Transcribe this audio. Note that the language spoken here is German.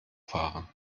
fahren